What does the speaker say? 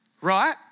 right